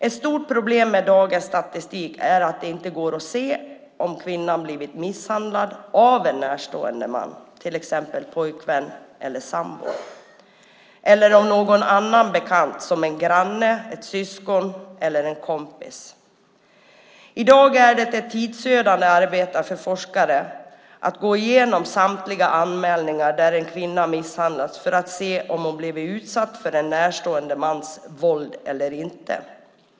Ett stort problem med dagens statistik är att det inte går att se om kvinnan blivit misshandlad av en närstående man, till exempel pojkvän eller sambo, eller om det är av någon annan bekant som till exempel en granne, ett syskon eller en kompis. I dag är det ett tidsödande arbete för forskare att gå igenom samtliga anmälningar där en kvinna misshandlats för att se om hon har blivit utsatt för en närstående mans våld eller inte.